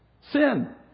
Sin